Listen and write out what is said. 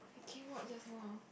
he came out just now